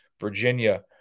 Virginia